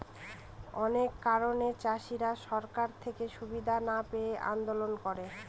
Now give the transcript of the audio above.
অনেক কারণে চাষীরা সরকার থেকে সুবিধা না পেয়ে আন্দোলন করে